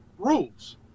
rules